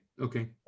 Okay